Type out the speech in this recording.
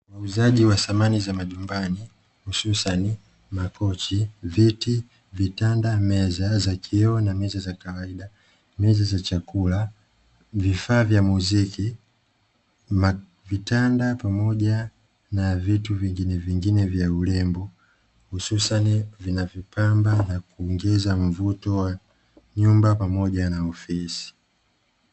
Muuzaji wa samani za majumbani hususani: makochi, viti, vitanda, meza za kioo na meza za kawaida, meza za chakula, vifaa vya musiki, vitanda pamoja na vitu vinginevingine vya urembo hususani vinavyo pamba na kuingiza mvuto wa nyumba pamoja na ofisi.